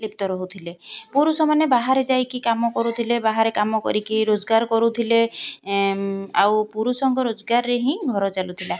ଲିପ୍ତ ରହୁଥିଲେ ପୁରୁଷ ମାନେ ବାହାରେ ଯାଇକି କାମ କରୁଥିଲେ ବାହାରେ କାମ କରିକି ରୋଜଗାର କରୁଥିଲେ ଆଉ ପୁରୁଷଙ୍କ ରୋଜଗାରରେ ହିଁ ଘର ଚାଲୁଥିଲା